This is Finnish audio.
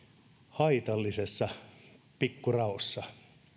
haitallisessa pikku raossa